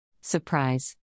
Surprise